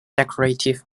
decorative